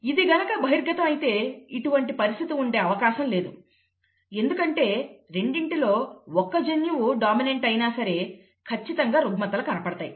ఇది గనుక బహిర్గతం అయితే ఇటువంటి పరిస్థితి ఉండే అవకాశం లేదు ఎందుకంటే రెండిటిలో ఒక్క జన్యువు డామినెంట్ అయినా సరే ఖచ్చితంగా రుగ్మతలు కనపడతాయి